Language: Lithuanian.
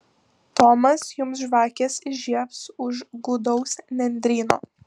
tomas jums žvakes įžiebs už gūdaus nendryno